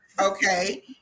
Okay